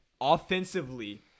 Offensively